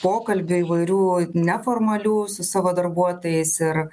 pokalbių įvairių neformalių su savo darbuotojais ir